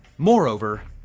moreover,